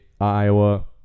iowa